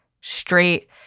straight